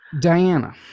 diana